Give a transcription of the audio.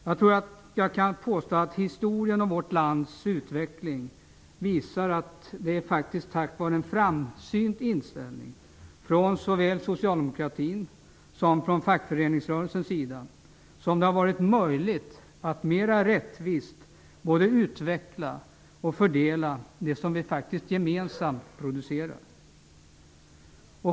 Jag tror att jag kan påstå att historien om vårt lands utveckling visar att det är tack vare en framsynt inställning från såväl socialdemokratin som fackföreningsrörelsen som det har varit möjligt att mera rättvist både utveckla och fördela det vi gemensamt producerar.